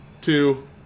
two